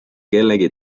kellegi